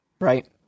Right